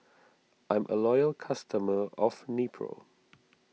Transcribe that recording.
I'm a loyal customer of Nepro